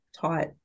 taught